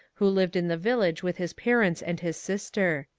who lived in the village with his par ents and his sister.